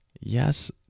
Yes